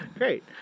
Great